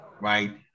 right